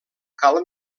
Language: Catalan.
cal